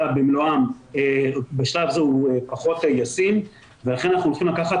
במלואם בשלב זה הוא פחות ישים ואכן אנחנו הולכים לקחת